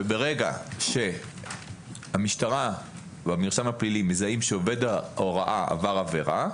ברגע שהמשטרה והמרשם הפלילי מזהים שעובד הוראה עבר עבירה,